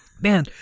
Man